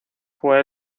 fue